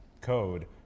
code